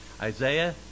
Isaiah